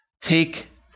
take